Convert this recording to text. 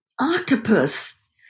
octopus